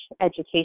education